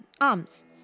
arms